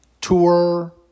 tour